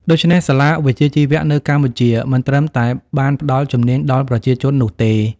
ដូច្នេះ សាលាវិជ្ជាជីវៈនៅកម្ពុជាមិនត្រឹមតែបានផ្តល់ជំនាញដល់ប្រជាជននោះទេ។